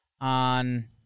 on